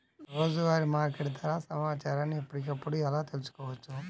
రోజువారీ మార్కెట్ ధర సమాచారాన్ని ఎప్పటికప్పుడు ఎలా తెలుసుకోవచ్చు?